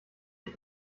ich